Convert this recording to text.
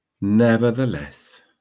Nevertheless